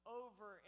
over